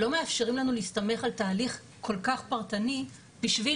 לא מאפשרים לנו להסתמך על תהליך כל כך פרטני בשביל